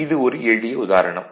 இது ஒரு எளிய உதாரணம்